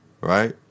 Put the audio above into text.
right